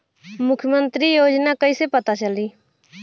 मुख्यमंत्री योजना कइसे पता चली?